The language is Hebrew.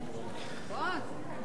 מס' 41), התשע"ב 2012, נתקבל.